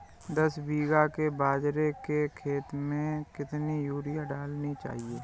दस बीघा के बाजरे के खेत में कितनी यूरिया डालनी चाहिए?